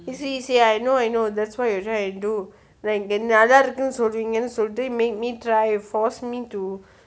you see you see I know I know that's why you're trying you do then நல்லா இருக்குனு சொல்லுவிங்க:nalla irukkunu solluvinga make me try force me to